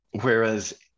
whereas